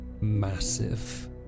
massive